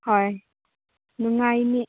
ꯍꯣꯏ ꯅꯨꯡꯉꯥꯏꯅꯤ